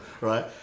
Right